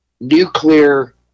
nuclear